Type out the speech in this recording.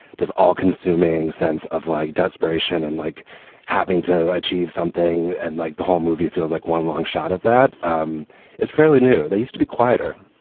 does all consuming sense of like desperation and like having to achieve something. and like the whole movie feels like one long shot of that um is fairly new. they used to be quieter.